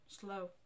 slow